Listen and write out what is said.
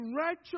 righteous